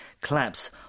collapse